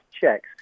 checks